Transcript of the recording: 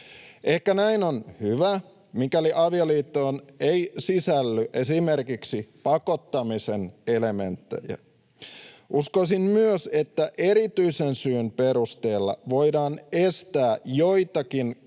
Ehkä näin on hyvä, mikäli avioliittoon ei sisälly esimerkiksi pakottamisen elementtejä. Uskoisin myös, että erityisen syyn perusteella voidaan estää joitakin